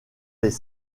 les